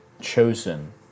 chosen